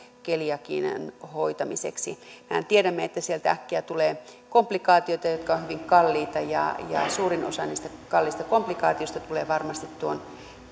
keliakian hoitamiseksi mehän tiedämme että sieltä äkkiä tulee komplikaatioita jotka ovat hyvin kalliita ja suurin osa niistä kalliista komplikaatioista tulee varmasti tuon